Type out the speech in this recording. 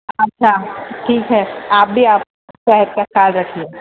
اچھا ٹھیک ہے آپ بھی آپ اپنا خیال رکھیے